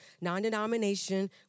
non-denomination